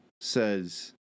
says